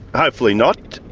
hopefully not.